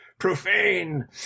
Profane